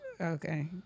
Okay